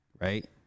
right